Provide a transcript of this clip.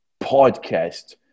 Podcast